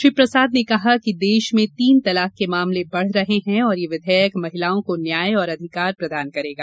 श्री प्रसाद ने कहा कि देश में तीन तलाक के मामले बढ़ रहे हैं और यह विधेयक महिलाओं को न्याय और अधिकार प्रदान करेगा